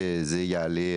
שזה יעלה,